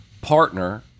partner